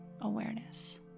awareness